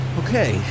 okay